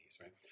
Right